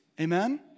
Amen